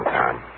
time